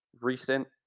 recent